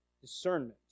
discernment